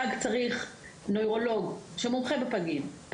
פג צריך נוירולוג שמומחה בפגים,